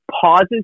pauses